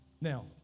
Now